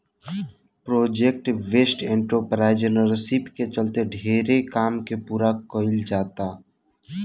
project based entrepreneurship के चलते ढेरे काम के पूरा कईल जाता